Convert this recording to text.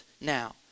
now